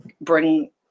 bring